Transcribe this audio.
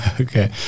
Okay